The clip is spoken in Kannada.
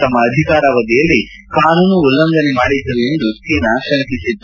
ತಮ್ಮ ಅಧಿಕಾರಾವಧಿಯಲ್ಲಿ ಕಾನೂನು ಉಲ್ಲಂಘನೆ ಮಾಡಿದ್ದರು ಎಂದು ಚೀನಾ ಶಂಕಿಸಿತ್ತು